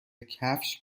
کفش